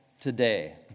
today